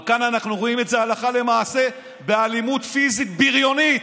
אבל כאן אנחנו רואים את זה הלכה למעשה באלימות פיזית בריונית.